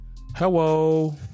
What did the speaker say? Hello